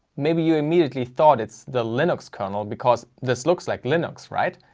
maybe you immediately thought it's the linux kernel, because this looks like linux, right?